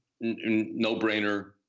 No-brainer